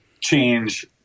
change